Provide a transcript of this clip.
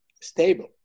stable